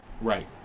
Right